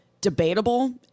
debatable